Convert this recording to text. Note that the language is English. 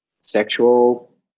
sexual